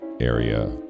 area